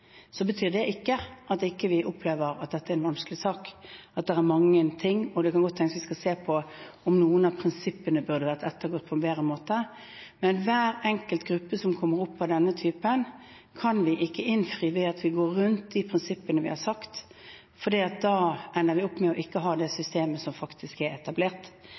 Så betyr ikke det at vi ikke opplever at dette er en vanskelig sak, at det er mange ting, og det kan godt tenkes at vi skal se på om noen av prinsippene burde vært ettergått på en bedre måte. Men hver enkelt gruppe som kommer opp av denne typen, kan vi ikke innfri ved at vi går rundt de prinsippene vi har satt, for da ender vi opp med å ikke ha det systemet som faktisk er etablert.